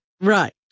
Right